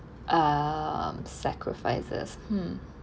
um sacrifices hmm